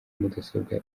mudasobwa